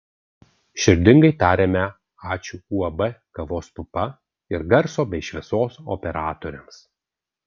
širdingai tariame ačiū uab kavos pupa ir garso bei šviesos operatoriams